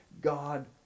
God